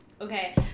Okay